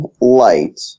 light